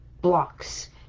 blocks